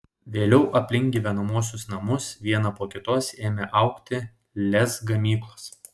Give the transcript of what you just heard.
vėliau aplink gyvenamuosius namus viena po kitos ėmė augti lez gamyklos